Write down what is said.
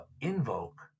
invoke